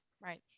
Right